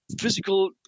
physical